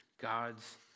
God's